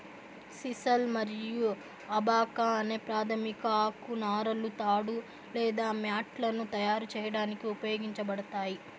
sisal మరియు abaca అనే ప్రాధమిక ఆకు నారలు తాడు లేదా మ్యాట్లను తయారు చేయడానికి ఉపయోగించబడతాయి